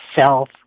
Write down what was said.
self